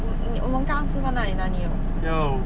我你我们刚刚吃过那里哪里有